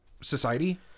society